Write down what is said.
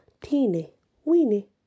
teeny-weeny